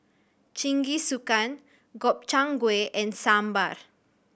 Jingisukan Gobchang Gui and Sambar